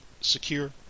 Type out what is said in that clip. secure